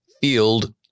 field